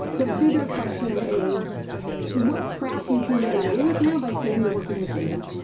the bigger question is what crap you can get away with now by saying you're working with data,